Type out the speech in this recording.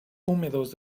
húmedos